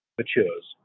matures